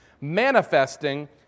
manifesting